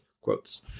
Quotes